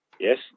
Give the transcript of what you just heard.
Yes